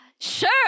Sure